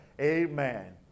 Amen